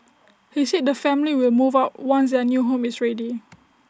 he said the family will move out once their new home is ready